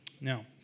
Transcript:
Now